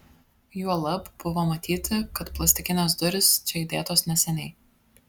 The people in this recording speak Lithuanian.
juolab buvo matyti kad plastikinės durys čia įdėtos neseniai